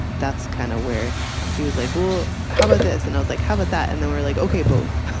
that's kind of where he was like, well, how about this? and i was like, how about that? and then we were like, okay, both.